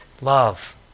love